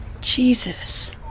Jesus